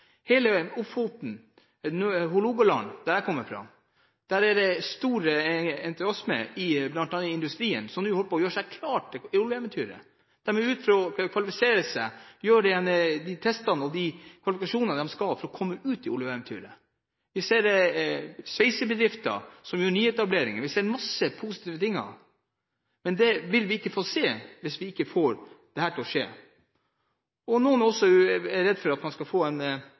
hele Ofoten og Hålogaland, der jeg kommer fra, er det stor entusiasme i bl.a. industrien, som nå holder på å gjøre seg klar til oljeeventyret. De er ute etter å gjøre de testene og få de kvalifikasjonene de skal ha for å komme ut i oljeeventyret. Vi ser nyetablerte sveisebedrifter, vi ser mange positive ting, men det vil vi ikke få se hvis vi ikke får dette til å skje. Noen er også redd for at man skal få en